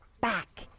back